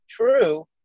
true